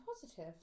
positive